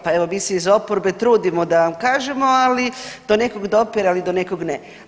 Pa evo mi se iz oporbe trudimo da vam kažemo, ali do nekog dopire, ali do nekog ne.